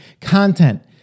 content